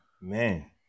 man